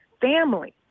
family